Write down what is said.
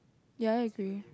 ya I agree